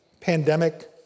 pandemic